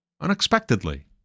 unexpectedly